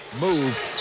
move